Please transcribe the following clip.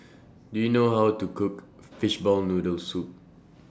Do YOU know How to Cook Fishball Noodle Soup